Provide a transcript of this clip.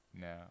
No